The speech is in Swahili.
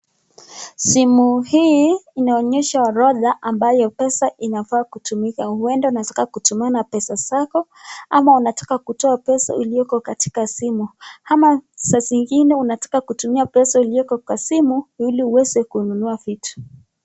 Simu hii inaonyesha orodha ambayo pesa inafaa kutumika, huenda unataka kutumana pesa zako ama unataka kutoa pesa iliyoko katika simu .Ama saa zingine unataka kutumia pesa ilioko kwa simu ili uweze kununua vitu.